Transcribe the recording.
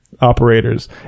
operators